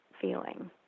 feeling